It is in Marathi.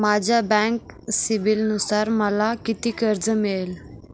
माझ्या बँक सिबिलनुसार मला किती कर्ज मिळेल?